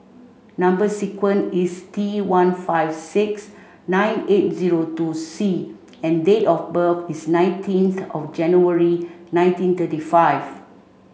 number sequence is T one five six nine eight zero two C and date of birth is nineteenth of January nineteen thirty five